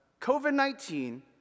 COVID-19